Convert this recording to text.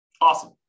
Awesome